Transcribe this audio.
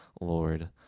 Lord